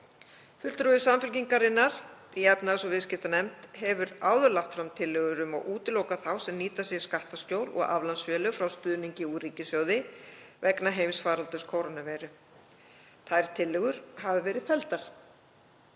Fulltrúi Samfylkingarinnar í efnahags- og viðskiptanefnd hefur áður lagt fram tillögur um að útiloka þá sem nýta sér skattaskjól og aflandsfélög frá stuðningi úr ríkissjóði vegna heimsfaraldurs kórónuveiru. Þær tillögur hafa verið felldar.